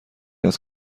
است